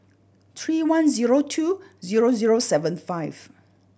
three one zero two zero zero seven five